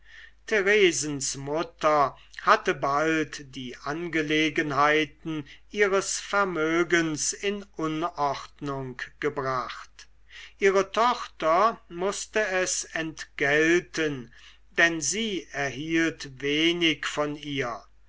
theresens mutter hatte bald die angelegenheit ihres vermögens in unordnung gebracht ihre tochter mußte es entgelten denn sie erhielt wenig von ihr